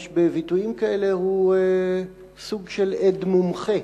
בביטויים כאלה הוא סוג של עד מומחה,